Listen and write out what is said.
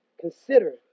consider